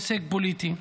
הישג פוליטי.